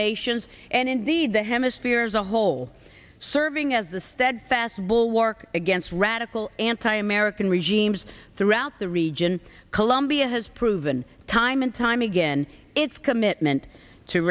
nations and indeed the hemisphere as a whole serving as the steadfast bulwark against radical anti american regimes throughout the region colombia has proven time and time again its commitment to